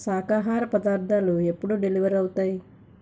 శాకాహార పదార్థాలు ఎప్పుడు డెలివర్ అవుతాయి